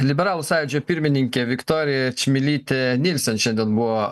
liberalų sąjūdžio pirmininkė viktorija čmilytė nylsen šiandien buvo